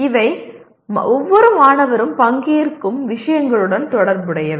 இவை ஒவ்வொரு மாணவரும் பங்கேற்கும் விஷயங்களுடன் தொடர்புடையவை